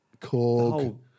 Korg